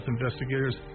Investigators